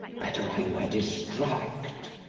better i were distract.